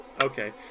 Okay